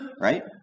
right